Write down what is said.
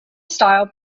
style